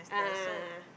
a'ah a'ah